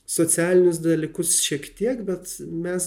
socialinius dalykus šiek tiek bet mes